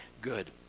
good